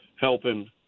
helping